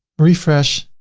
refresh.